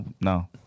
No